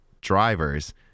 drivers